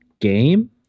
game